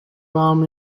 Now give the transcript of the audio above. vám